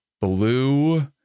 blue